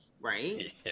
right